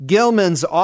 Gilman's